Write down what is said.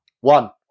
One